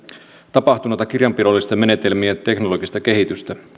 tapahtunutta kirjanpidollisten menetelmien teknologista kehitystä